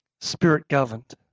spirit-governed